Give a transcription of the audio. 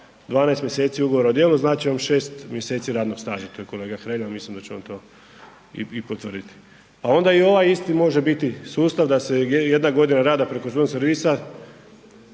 12 mjeseci Ugovora o djelu znači vam 6 mjeseci radnog staža, tu je kolega Hrelja, mislim da će on to i potvrditi, a onda i ovaj isti može biti sustav da se jedna godina rada preko student servisa